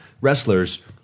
wrestlers